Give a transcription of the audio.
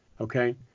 Okay